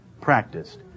practiced